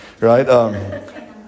right